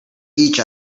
each